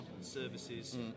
services